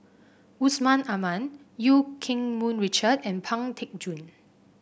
Yusman Aman Eu Keng Mun Richard and Pang Teck Joon